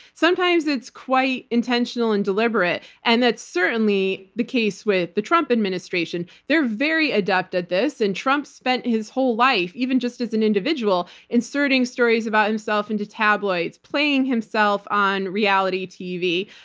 sometimes, it's quite intentional and deliberate. and it's certainly the case with the trump administration. they're very adept at this, and trump spent his whole life, even just as an individual, inserting stories about himself into tabloids, playing himself on reality tv.